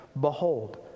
Behold